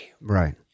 Right